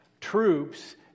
troops